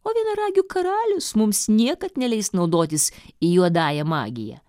o vienaragių karalius mums niekad neleis naudotis juodąja magija